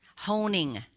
honing